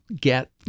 get